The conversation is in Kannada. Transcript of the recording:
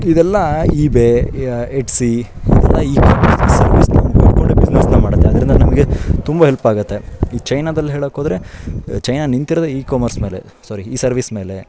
ಇದೆಲ್ಲ ಈ ಬೆ ಎಡ್ಸಿ ಇದೆಲ್ಲ ಈ ಕಾಮರ್ಸ್ ಸರ್ವಿಸ್ ಬಿಸ್ನೆಸ್ನ ಮಾಡುತ್ತೆ ಅದರಿಂದ ನಮಗೆ ತುಂಬ ಹೆಲ್ಪಾಗುತ್ತೆ ಈ ಚೈನಾದಲ್ಲಿ ಹೇಳೋಕ್ಕೋದ್ರೆ ಚೈನಾ ನಿಂತಿರೋದೆ ಈ ಕಾಮರ್ಸ್ ಮೇಲೆ ಸಾರಿ ಈ ಸರ್ವೀಸ್ ಮೇಲೆ